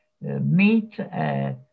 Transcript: meet